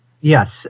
Yes